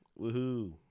Woohoo